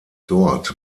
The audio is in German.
dort